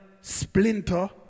Splinter